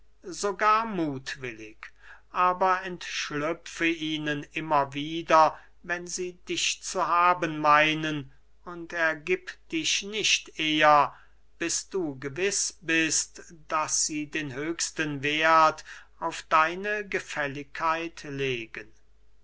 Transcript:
sogar muthwillig aber entschlüpfe ihnen immer wieder wenn sie dich zu haben meinen und ergieb dich nicht eher bis du gewiß bist daß sie den höchsten werth auf deine gefälligkeit legen